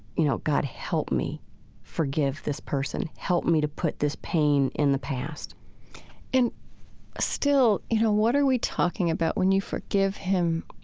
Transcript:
you know, god, help me forgive this person. help me to put this pain in the past and still, you know, what are we talking about? when you forgive him,